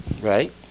Right